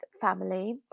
family